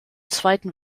zweiten